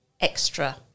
extra